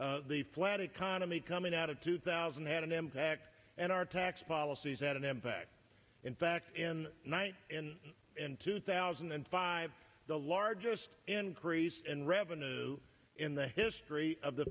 the flat economy coming out of two thousand had an impact and our tax policies had an impact in fact in night and in two thousand and five the largest increase in revenue in the history of the